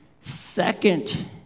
second